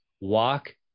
walk